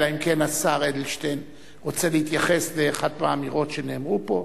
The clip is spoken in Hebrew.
אלא אם כן השר אדלשטיין רוצה להתייחס לאחת מהאמירות שנאמרו פה.